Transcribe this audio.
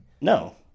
No